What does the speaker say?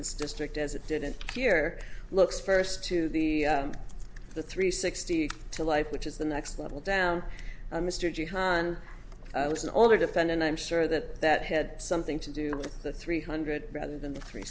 this district as it did in here looks first to the the three sixty to life which is the next level down mr jihan was an older defendant i'm sure that that had something to do with the three hundred rather than the three